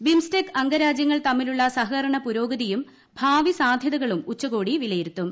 BIMSTEC അംഗരാജ്യങ്ങൾ തമ്മിലുള്ള സഹകരണ പുരോഗതിയും ഭാവി സാധ്യതകളും ഉച്ചകോടി വിലയിരുത്തും